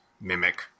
mimic